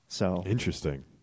Interesting